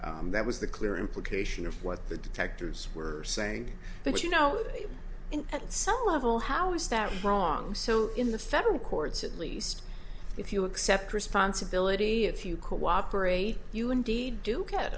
knew that was the clear implication of what the detectors were saying but you know at some level how is that wrong so in the federal courts at least if you accept responsibility if you cooperate you indeed do get